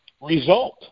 result